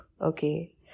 Okay